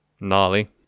gnarly